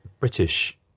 British